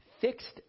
fixed